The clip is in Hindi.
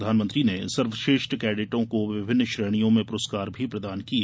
प्रधानमंत्री ने सर्वश्रेष्ठ कैडटों को विभिन्न श्रेणियों में पुरस्कार भी प्रदान किए